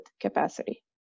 capacity